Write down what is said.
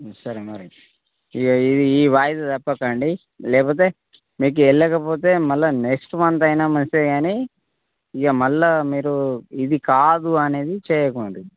సరే మరి ఇక ఈ వాయిదా తప్పకండి లేపోతే మీకు వెళ్ళకపోతే మల్లా నెక్స్ట్ మంత్ అయినా మంచిదే కానీ ఇక మల్లా మీరు ఇది కాదు అనేది చేయకండి